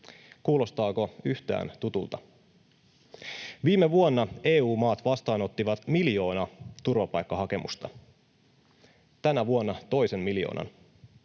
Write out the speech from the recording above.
Kuulostaako yhtään tutulta? Viime vuonna EU-maat vastaanottivat miljoona turvapaikkahakemusta. Tänä vuonna toisen miljoonan.